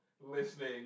listening